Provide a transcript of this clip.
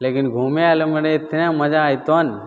लेकिन घुमै आओरमे एतना मजा अएतऽ ने